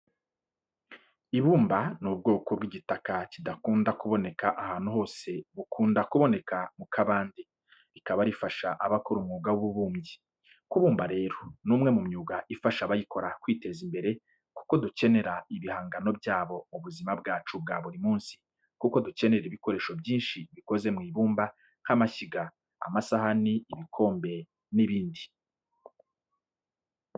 Ibumba ni ubwoko bw'igitaka kidakunda kuboneka ahantu hose bukunda kuboneka mu kabande, rikaba rifasha abakora umwuga w'ububumbyi. Kubumba rero ni umwe mu myuga ifasha abayikora kwiteza imbere kuko dukenera ibihangano byabo mu buzima bwacu bwa buri munsi, kuko dukenera ibikoresho byinshi bikoze mu ibumba nk'amashyiga, amasahani, ibikombe n'ibindi.